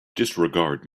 disregard